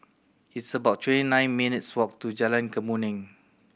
it's about twenty nine minutes' walk to Jalan Kemuning